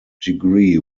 degree